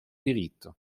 diritto